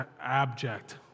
abject